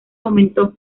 aumentó